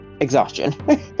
Exhaustion